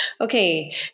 Okay